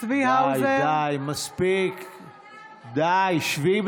נגד מסע הקמפיין,